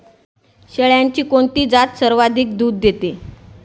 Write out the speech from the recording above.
शेळ्यांची कोणती जात सर्वाधिक दूध देते?